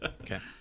Okay